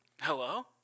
Hello